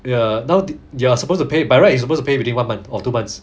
ya now you are supposed to pay by right you suppose to pay within one month or two months